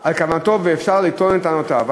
על כוונתו ואפשר לו לטעון את טענותיו.